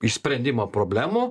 išsprendimą problemų